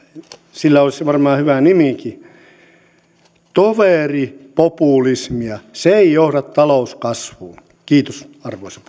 sillä olisi varmaan hyvä nimikin toveripopulismia se ei johda talouskasvuun kiitos arvoisa